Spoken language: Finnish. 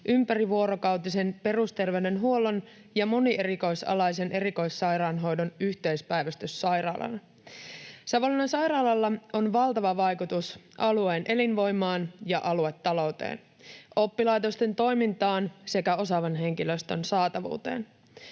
ympärivuorokautisen perusterveydenhuollon ja monierikoisalaisen erikoissairaanhoidon yhteispäivystyssairaalana. Savonlinnan sairaalalla on valtava vaikutus alueen elinvoimaan ja aluetalouteen, oppilaitosten toimintaan sekä osaavan henkilöstön saatavuuteen.